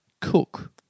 Cook